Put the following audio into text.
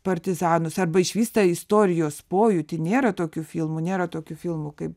partizanus arba iš vis tą istorijos pojūtį nėra tokių filmų nėra tokių filmų kaip